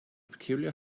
peculiar